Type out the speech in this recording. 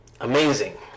Amazing